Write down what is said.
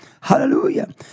Hallelujah